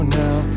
now